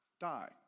die